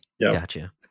Gotcha